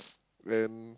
and